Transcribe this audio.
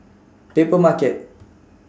Papermarket